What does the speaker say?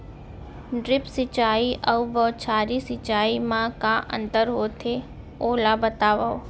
Drip सिंचाई अऊ बौछारी सिंचाई मा का अंतर होथे, ओला बतावव?